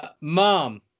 Mom